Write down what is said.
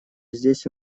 здесь